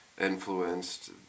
influenced